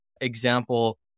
example